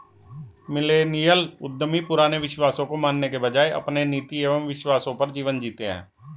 millennial उद्यमी पुराने विश्वासों को मानने के बजाय अपने नीति एंव विश्वासों पर जीवन जीते हैं